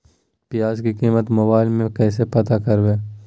प्याज की कीमत मोबाइल में कैसे पता करबै?